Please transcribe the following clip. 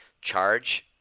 charge